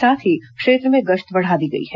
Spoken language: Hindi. साथ ही क्षेत्र में गश्त बढ़ा दी गई है